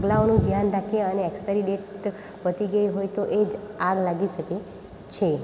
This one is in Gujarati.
પગલાંઓનું ધ્યાન રાખીએ અને એક્સપાયરી ડેટ પતિ ગઈ હોય તો એ જ આગ લાગી શકે છે